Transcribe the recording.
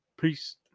Peace